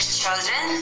children